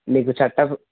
మీకు చెత్త